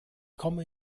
komme